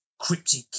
cryptic